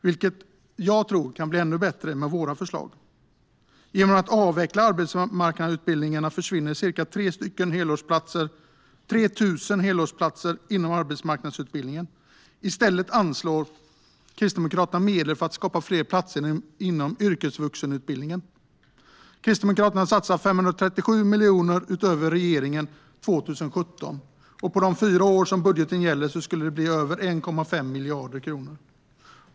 Den skulle dock kunna bli ännu bättre med våra förslag. Genom att avveckla arbetsmarknadsutbildningarna försvinner ca 3 000 helårsplatser inom arbetsmarknadsutbildningen. I stället anslår Kristdemokraterna medel för att skapa fler platser inom yrkesvuxenutbildningen. Kristdemokraterna satsar 537 miljoner utöver regeringen 2017. Under de fyra år som budgeten gäller skulle det bli över 1,5 miljarder kronor.